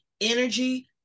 energy